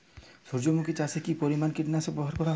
সূর্যমুখি চাষে কি পরিমান কীটনাশক ব্যবহার করা যায়?